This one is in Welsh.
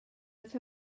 wrth